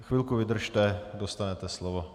Chvilku vydržte, dostanete slovo.